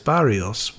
Barrios